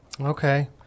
Okay